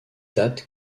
date